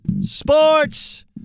Sports